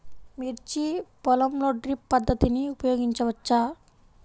మిర్చి పొలంలో డ్రిప్ పద్ధతిని ఉపయోగించవచ్చా?